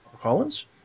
Collins